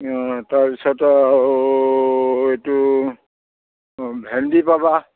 অ তাৰপিছত আৰু এইটো ভেণ্ডি পাবা